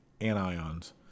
anions